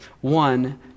One